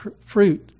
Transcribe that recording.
fruit